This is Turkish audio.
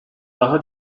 daha